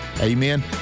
Amen